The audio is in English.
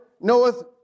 knoweth